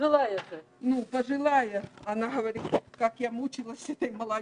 לזה אני רוצה לדבר על הספארי